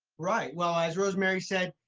right well, as rosemary said,